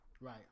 Right